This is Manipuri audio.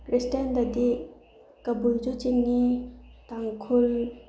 ꯈ꯭ꯔꯤꯁꯇꯦꯟꯗꯗꯤ ꯀꯕꯨꯏꯁꯨ ꯆꯤꯡꯉꯤ ꯇꯥꯡꯈꯨꯜ